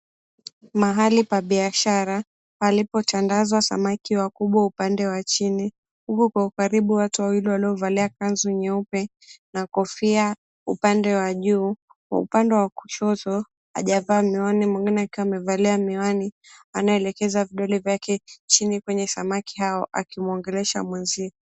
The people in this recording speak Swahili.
Mahali pa biashara, palipo tandazwa samaki wakubwa upande wa chini. Huku kwa ukaribu watu wawili wanaovalia kanzu nyeupe, na kofia upande wa juu. Upande wa kushoto hajavaa miwani, mwingine akiwa amevalia miwani, anaelekeza vidole vyake chini kwenye samaki hao. Akimuongelesha mwenzie.